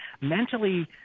mentally